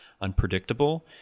Unpredictable